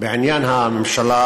בעניין הממשלה